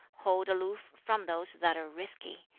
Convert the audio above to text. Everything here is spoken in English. hold aloof from those that are risky,